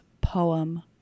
poem